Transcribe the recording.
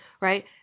right